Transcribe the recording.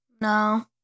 No